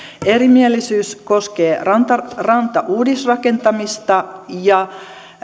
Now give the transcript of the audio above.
erimielisyys koskee rantauudisrakentamista ja